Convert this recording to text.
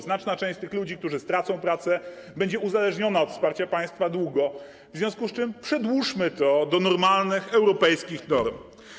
Znaczna część tych ludzi, którzy stracą pracę, będzie długo uzależniona od wsparcia państwa, w związku z czym przedłużmy to do normalnych ram, do europejskich norm.